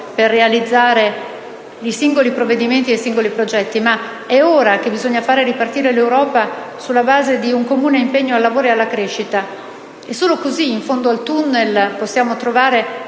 per realizzare i singoli provvedimenti e i singoli progetti. Ma è ora che bisogna far ripartire l'Europa sulla base di un comune impegno al lavoro e alla crescita. Solo così, in fondo al *tunnel*, possiamo trovare